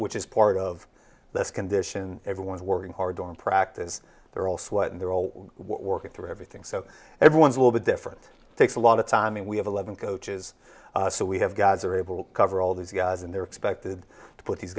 which is part of this condition everyone's working hard on practice they're all sweating they're all working through everything so everyone's little bit different takes a lot of time and we have eleven coaches so we have guys are able cover all these guys and they're expected to put these